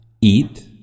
Eat